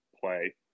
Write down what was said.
play